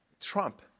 Trump